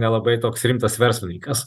nelabai toks rimtas verslininkas